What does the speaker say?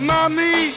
Mommy